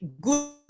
good